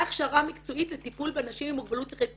הכשרה מקצועית לטיפול באנשים עם מוגבלות שכלית התפתחותית.